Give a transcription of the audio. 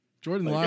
jordan